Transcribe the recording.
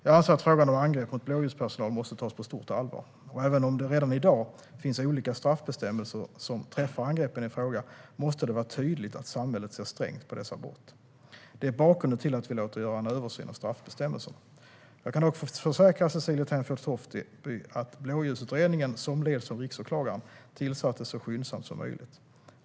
Jag anser att frågan om angrepp mot blåljuspersonal måste tas på stort allvar, och även om det redan i dag finns olika straffbestämmelser som träffar angreppen i fråga måste det vara tydligt att samhället ser strängt på dessa brott. Det är bakgrunden till att vi låter göra en översyn av straffbestämmelserna. Jag kan dock försäkra Cecilie Tenfjord-Toftby att Blåljusutredningen, som leds av riksåklagaren, tillsattes så skyndsamt som möjligt.